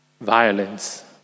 violence